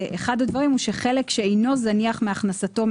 ואחד הדברים הוא שחלק שאינו זניח מהכנסתו,